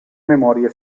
memorie